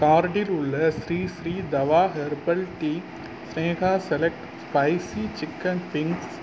கார்ட்டில் உள்ள Sri Sri Tattva herbal tea Sneha select spicy chicken wings